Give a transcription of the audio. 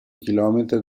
chilometri